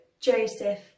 Joseph